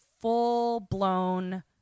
full-blown